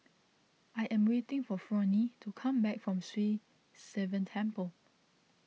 I am waiting for Fronnie to come back from Sri Sivan Temple